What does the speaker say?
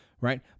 right